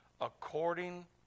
according